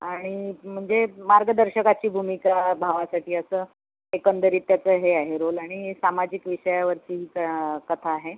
आणि म्हणजे मार्गदर्शकाची भूमिका भावासाठी असं एकंदरीत त्याचं हे आहे रोल आणि सामाजिक विषयावरची ही क कथा आहे